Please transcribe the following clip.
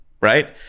right